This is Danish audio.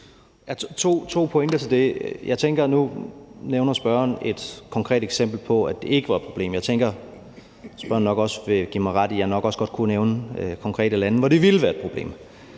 to pointer til det. Nu nævner spørgeren et konkret eksempel på, at det ikke var et problem. Jeg tænker, at spørgeren nok også vil give mig ret i, at jeg også kunne nævne konkrete lande, hvor det ville være et problem.